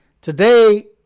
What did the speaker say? Today